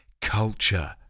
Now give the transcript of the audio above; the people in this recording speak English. culture